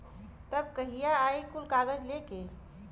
तब कहिया आई कुल कागज़ लेके?